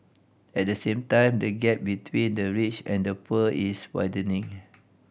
at the same time the gap between the rich and the poor is widening